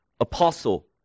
Apostle